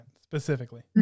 specifically